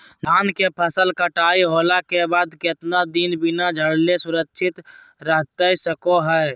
धान के फसल कटाई होला के बाद कितना दिन बिना झाड़ले सुरक्षित रहतई सको हय?